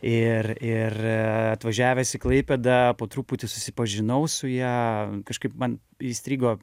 ir ir atvažiavęs į klaipėdą po truputį susipažinau su ja kažkaip man įstrigo